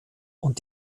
und